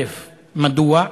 מדוע?